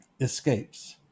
escapes